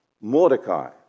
Mordecai